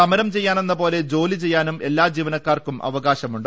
സമരം ചെയ്യാനെന്നപോലെ ജോ്ലി ചെയ്യാനും എല്ലാ ജീവന ക്കാർക്കും അവകാശമുണ്ട്